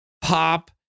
pop